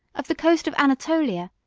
of the coast of anatolia,